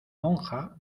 monja